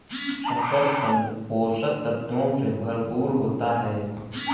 शकरकन्द पोषक तत्वों से भरपूर होता है